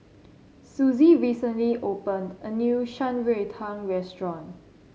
Susie recently opened a new Shan Rui Tang Restaurant